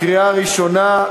קריאה ראשונה.